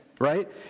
right